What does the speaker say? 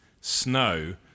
snow